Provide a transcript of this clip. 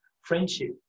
friendship